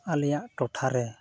ᱟᱞᱮᱭᱟᱜ ᱴᱚᱴᱷᱟᱨᱮ